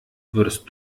würdest